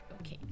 Okay